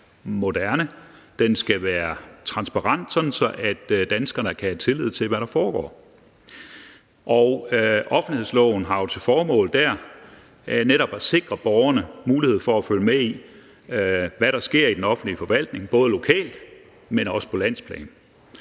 den skal være transparent, sådan at danskerne kan have tillid til, hvad der foregår. Og der har offentlighedsloven jo til formål netop at sikre borgerne mulighed for at følge med i, hvad der sker i den offentlige forvaltning, både lokalt, men også på landsplan.